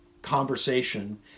conversation